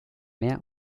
meer